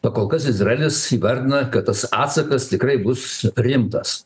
o kol kas izraelis įvardina kad tas atsakas tikrai bus rimtas